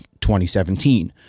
2017